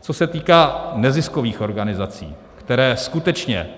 Co se týká neziskových organizací, které skutečně